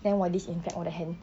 then 我 disinfect 我的 hand